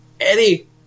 Eddie